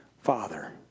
father